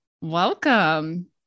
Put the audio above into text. Welcome